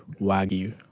wagyu